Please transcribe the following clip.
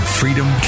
freedom